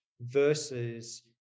versus